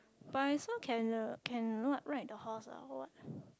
but I thought can the can you know what ride the horse ah or what